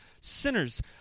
sinners